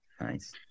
Nice